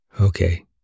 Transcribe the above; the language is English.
Okay